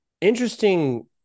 interesting